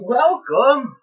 Welcome